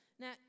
Now